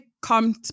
come